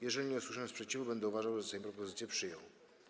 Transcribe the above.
Jeżeli nie usłyszę sprzeciwu, będę uważał, że Sejm propozycję przyjął.